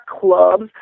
clubs